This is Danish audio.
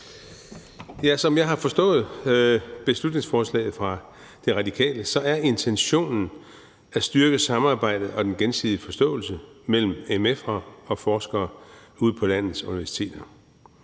Som jeg har forstået beslutningsforslaget fra De Radikale, er intentionen at styrke samarbejdet og den gensidige forståelse mellem mf'er og forskere på landets universiteter.